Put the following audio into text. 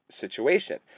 situation